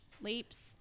leaps